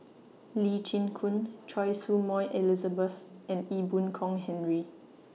Lee Chin Koon Choy Su Moi Elizabeth and Ee Boon Kong Henry